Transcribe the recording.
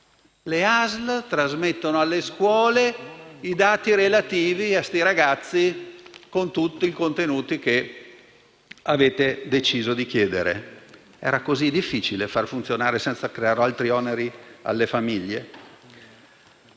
Le ASL trasmettono alle scuole i dati relativi ai ragazzi, con tutti i contenuti che avete deciso di chiedere. Era così difficile far funzionare il sistema senza creare altri oneri alle famiglie?